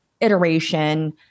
iteration